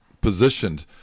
positioned